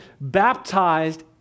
baptized